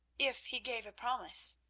if he gave a promise,